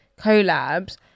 Collabs